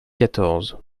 quatorze